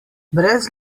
brez